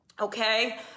okay